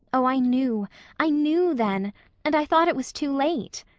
oh, i knew i knew then and i thought it was too late.